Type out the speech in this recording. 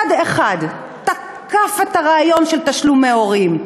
אחד-אחד תקפו את הרעיון של תשלומי הורים,